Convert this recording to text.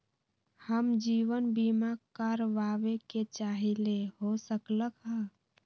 हम जीवन बीमा कारवाबे के चाहईले, हो सकलक ह?